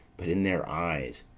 but in their eyes.